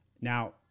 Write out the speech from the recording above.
Now